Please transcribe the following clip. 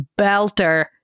belter